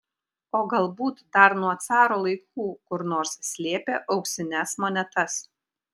o galbūt dar nuo caro laikų kur nors slėpė auksines monetas